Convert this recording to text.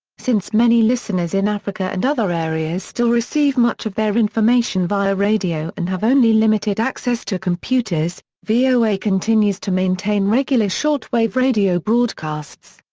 since many listeners in africa and other areas still receive much of their information via radio and have only limited access to computers, voa continues to maintain regular shortwave-radio broadcasts.